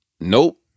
Nope